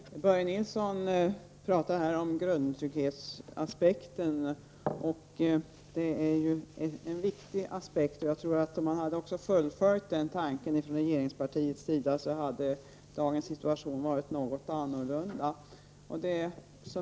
Herr talman! Börje Nilsson talar här om grundtrygghetsaspekten. Den aspekten är viktig, och jag tror att om regeringspartiet hade fullföljt den tanken hade dagens situation varit något annorlunda.